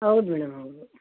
ಹೌದ್ ಮೇಡಮ್ ಹೌದು